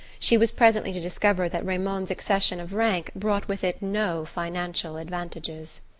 she was presently to discover that raymond's accession of rank brought with it no financial advantages.